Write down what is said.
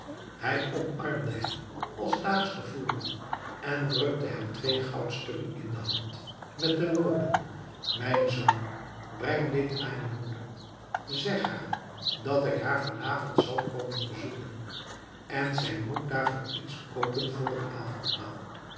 hij omarmde hem als daags te voren en drukte hem twee goudstukken in de hand met de woorden mijn zoon breng dit aan je moeder zeg haar dat ik haar vanavond zal komen bezoeken en zij moet daarvoor iets koopen voor het avondmaal